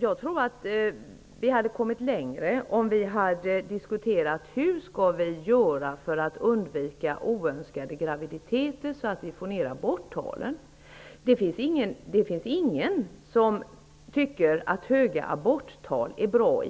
Jag tror att vi hade kommit längre om vi hade diskuterat hur man skall göra för att undvika oönskade graviditeter så att vi får ned aborttalen. Det finns ingen som tycker att höga aborttal är bra.